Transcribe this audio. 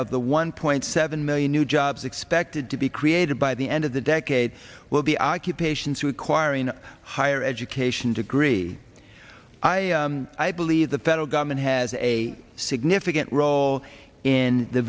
of the one point seven million new jobs expected to be created by the end of the decade will be occupation to requiring a higher education degree i believe the federal government has a significant role in the